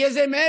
יהיה זה מלך,